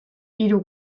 hiru